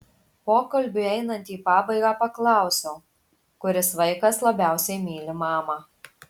pokalbiui einant į pabaigą paklausiau kuris vaikas labiausiai myli mamą